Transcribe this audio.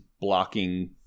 blocking